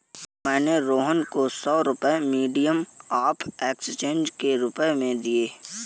मैंने रोहन को सौ रुपए मीडियम ऑफ़ एक्सचेंज के रूप में दिए